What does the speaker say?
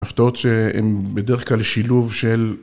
הפתעות שהן בדרך כלל שילוב של.